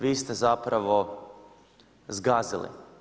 Vi ste zapravo zgazili.